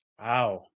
Wow